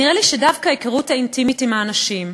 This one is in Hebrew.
נראה לי שדווקא ההיכרות האינטימית עם האנשים,